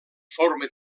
forma